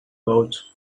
pouch